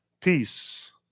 peace